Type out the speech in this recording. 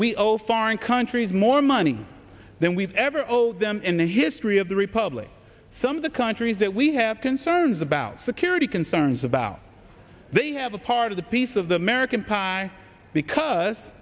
know foreign countries more money than we've ever owed them in the history of the republic some of the countries that we have concerns about security concerns about they have a part of the piece of the american pie because